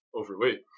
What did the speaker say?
overweight